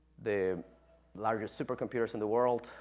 the largest super computers in the world.